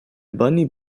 bunny